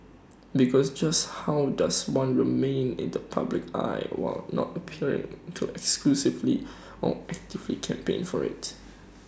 because just how does one remain in the public eye while not appearing to excessively or actively campaign for IT